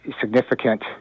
significant